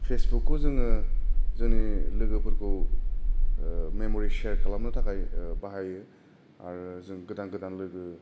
फेसबुकखौ जोङो जोंनि लोगोफोरखौ मेमरि सेयार खालामनो थाखाय बाहायो आरो जों गोदान गोदान लोगो